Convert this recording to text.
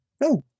No